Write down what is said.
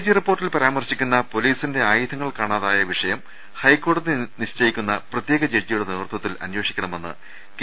G റിപ്പോർട്ടിൽ പരാമർശിക്കുന്ന പൊലീസിന്റെ ആയുധങ്ങൾ കാണാതായ വിഷയം ഹൈക്കോടതി നിശ്ചയിക്കുന്ന പ്രത്യേക ജഡ്ജിയുടെ നേതൃത്വത്തിൽ അന്വേഷിക്കണമെന്ന് കെ